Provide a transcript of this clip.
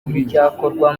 n’icyakorwa